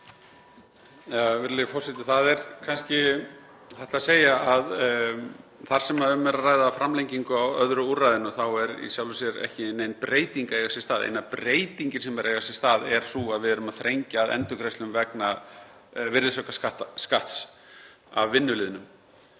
Það er kannski hægt að segja að þar sem um er að ræða framlengingu á öðru úrræðinu sé í sjálfu sér ekki nein breyting að eiga sér stað. Eina breytingin sem er að eiga sér stað er sú að við erum að þrengja að endurgreiðslum vegna virðisaukaskatts af vinnuliðnum.